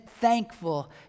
thankful